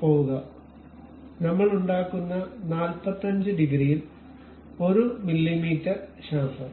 പോകുക നമ്മൾ ഉണ്ടാക്കുന്ന 45 ഡിഗ്രിയിൽ 1 മില്ലീമീറ്റർ ഷാംഫർ